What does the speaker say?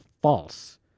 False